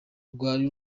rwari